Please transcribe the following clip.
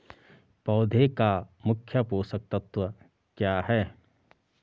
पौधें का मुख्य पोषक तत्व क्या है?